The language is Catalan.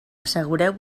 assegureu